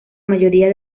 mayoría